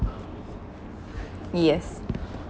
yes